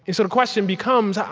the sort of question becomes,